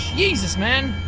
jesus, man